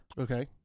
Okay